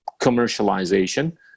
commercialization